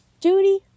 Judy